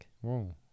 Whoa